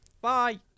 Bye